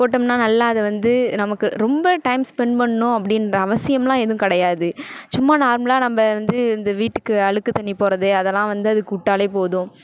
போட்டோம்னா நல்லா அது வந்து நமக்கு ரொம்ப டைம் ஸ்பென்ட் பண்ணணும் அப்படின்ற அவசியம்லாம் எதுவும் கிடையாது சும்மா நார்மலாக நம்ம வந்து இந்த வீட்டுக்கு அழுக்கு தண்ணி போகிறது அதெல்லாம் வந்து அதுக்கு விட்டாலே போதும்